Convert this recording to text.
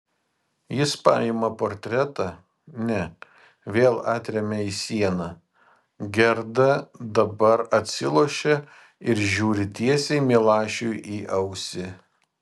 jis paima portretą ne vėl atremia į sieną gerda dabar atsilošia ir žiūri tiesiai milašiui į ausį